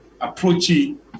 approaching